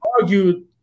argued